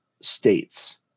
states